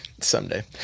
someday